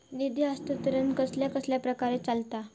निधी हस्तांतरण कसल्या कसल्या प्रकारे चलता?